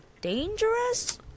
dangerous